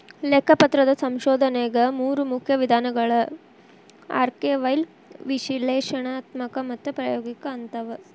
ಲೆಕ್ಕಪತ್ರದ ಸಂಶೋಧನೆಗ ಮೂರು ಮುಖ್ಯ ವಿಧಾನಗಳವ ಆರ್ಕೈವಲ್ ವಿಶ್ಲೇಷಣಾತ್ಮಕ ಮತ್ತು ಪ್ರಾಯೋಗಿಕ ಅಂತವ